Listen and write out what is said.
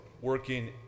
working